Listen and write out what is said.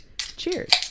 cheers